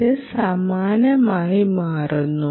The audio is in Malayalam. ഇത് സമാനമായി മാറുന്നു